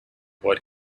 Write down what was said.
what